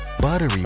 buttery